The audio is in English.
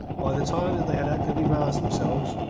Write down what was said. by the time that they had actively roused themselves,